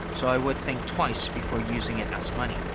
so i would think twice before using it as money.